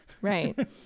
Right